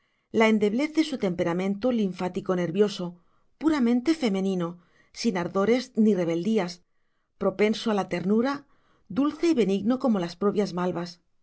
la endeblez de su temperamento linfático nervioso puramente femenino sin ardores ni rebeldías propenso a la ternura dulce y benigno como las propias malvas